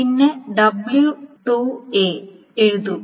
പിന്നെ W2 എഴുതുക